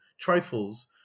Trifles